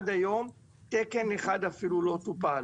עד היום תקן אחד אפילו לא טופל.